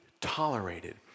tolerated